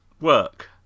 work